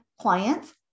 clients